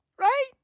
Right